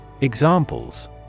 Examples